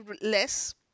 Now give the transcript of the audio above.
less